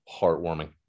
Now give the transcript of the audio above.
Heartwarming